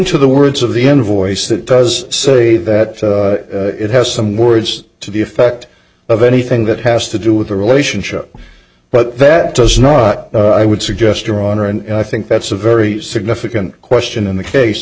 to the words of the envoys that does say that it has some words to the effect of anything that has to do with the relationship but that does not i would suggest your honor and i think that's a very significant question in the case